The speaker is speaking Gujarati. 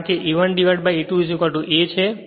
કારણ કે E 1 E2 a છે